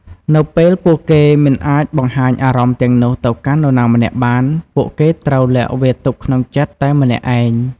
នៅពេលពួកគេមិនអាចបង្ហាញអារម្មណ៍ទាំងនោះទៅកាន់នរណាម្នាក់បាន ពួកគេត្រូវលាក់វាទុកក្នុងចិត្តតែម្នាក់ឯង។